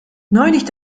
neulich